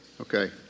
Okay